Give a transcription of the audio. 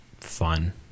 fun